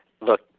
look